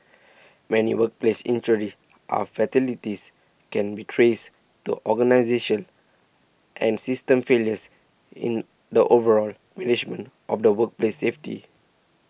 many workplace injuries are fatalities can be traced to organisation and system failures in the overall management of the workplace safety